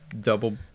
double